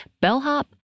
bellhop